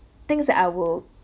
things that I will